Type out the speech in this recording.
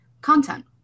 content